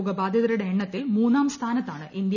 രോഗബാധിതരുടെ എണ്ണത്തിൽ മൂന്നാം സ്ഥാനത്താണ് ഇന്ത്യ